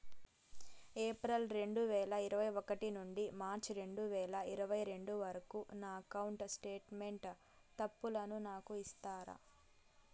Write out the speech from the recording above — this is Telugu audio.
ఏప్రిల్ రెండు వేల ఇరవై ఒకటి నుండి మార్చ్ రెండు వేల ఇరవై రెండు వరకు నా అకౌంట్ స్టేట్మెంట్ తప్పులను నాకు ఇస్తారా?